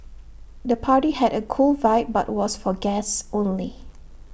the party had A cool vibe but was for guests only